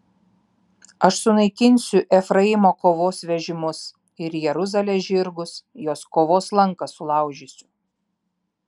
aš sunaikinsiu efraimo kovos vežimus ir jeruzalės žirgus jos kovos lanką sulaužysiu